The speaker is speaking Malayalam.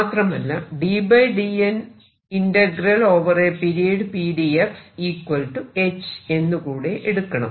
മാത്രമല്ല എന്ന് കൂടെ എടുക്കണം